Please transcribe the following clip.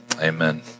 Amen